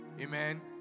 Amen